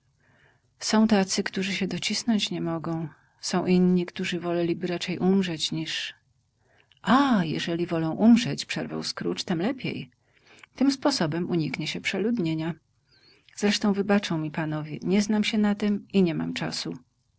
są tacy którzy się docisnąć nie mogą są inni którzy woleliby raczej umrzeć niż ah jeżeli wolą umrzeć przerwał scrooge tem lepiej tym sposobem uniknie się przeludnienia zresztą wybaczą mi panowie nie znam się na tem i nie mam czasu